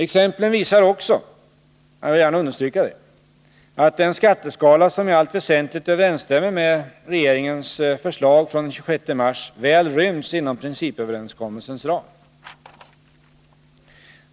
Exemplen visar också — jag vill gärna understryka det — att en skatteskala som i allt väsentligt överensstämmer med regeringens förslag från den 26 mars väl ryms inom principöverenskommelsens ram.